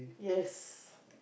yes